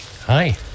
Hi